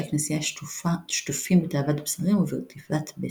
הכנסייה שטופים בתאוות בשרים וברדיפת בצע.